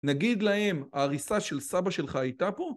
נגיד להם העריסה של סבא שלך הייתה פה?